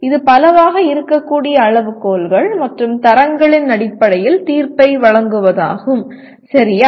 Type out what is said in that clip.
இது பலவாக இருக்கக்கூடிய அளவுகோல்கள் மற்றும் தரங்களின் அடிப்படையில் தீர்ப்பை வழங்குவதாகும் சரியா